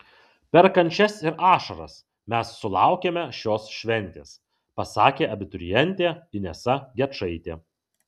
per kančias ir ašaras mes sulaukėme šios šventės pasakė abiturientė inesa gečaitė